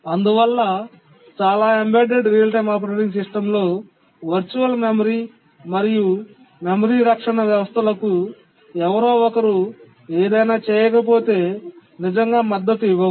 అందువల్ల చాలా embedded real time operating systems లో వర్చువల్ మెమరీ మరియు మెమరీ రక్షణ వ్యవస్థలకు ఎవరో ఒకరు ఏదైనా చేయకపోతే నిజంగా మద్దతు ఇవ్వవు